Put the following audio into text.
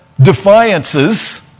Defiances